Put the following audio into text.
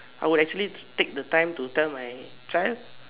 I would actually take the time to tell my child